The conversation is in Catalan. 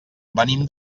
venim